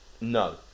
No